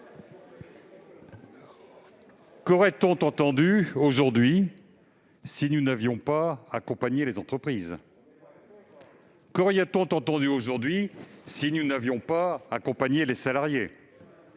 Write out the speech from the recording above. n'aurait-on entendu aujourd'hui si nous n'avions pas accompagné les entreprises ?